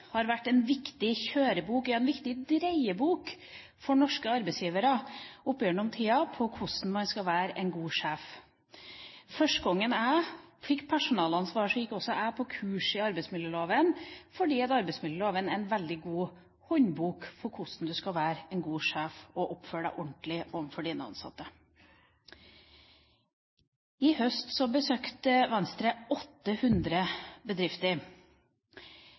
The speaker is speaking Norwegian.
har vært en viktig kjørebok, ja en viktig dreiebok, for norske arbeidsgivere opp gjennom tida for hvordan man skal være en god sjef. Første gangen jeg fikk personalansvar, gikk også jeg på kurs i arbeidsmiljøloven. Arbeidsmiljøloven er en veldig god håndbok for hvordan du skal være en god sjef og oppføre deg ordentlig overfor dine ansatte. I høst besøkte Venstre 800 bedrifter.